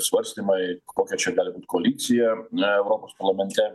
svarstymai kokia čia gali koalicija na europos parlamente